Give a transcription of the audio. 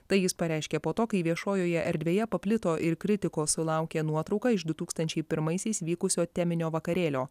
tai jis pareiškė po to kai viešojoje erdvėje paplito ir kritikos sulaukė nuotrauka iš du tūkstančiai pirmaisiais vykusio teminio vakarėlio